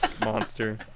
Monster